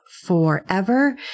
forever